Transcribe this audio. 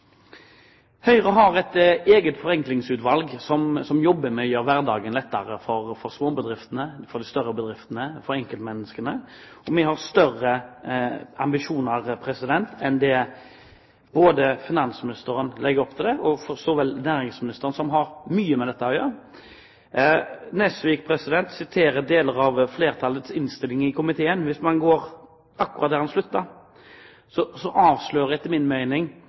Høyre har et eget forenklingsutvalg som jobber med å gjøre hverdagen lettere for småbedriftene, for de større bedriftene og for enkeltmenneskene. Vi har større ambisjoner enn det finansministeren legger opp til, og for så vidt også næringsministeren, som har mye med dette å gjøre. Nesvik siterer deler av flertallets innstilling i komiteen. Hvis man går til omtrent akkurat der han sluttet, avslører flertallet etter min mening